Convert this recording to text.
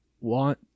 want